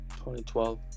2012